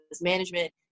management